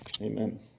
Amen